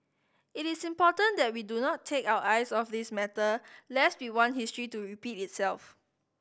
it is important that we do not take our eyes off this matter lest we want history to repeat itself